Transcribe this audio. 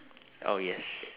oh yes